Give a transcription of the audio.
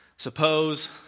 Suppose